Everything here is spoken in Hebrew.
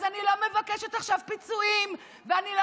אז אני לא מבקשת עכשיו פיצויים ואני לא